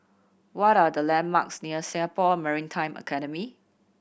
what are the landmarks near Singapore Maritime Academy